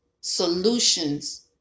Solutions